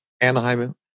Anaheim